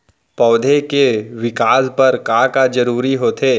पौधे के विकास बर का का जरूरी होथे?